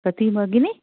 कति भगिनि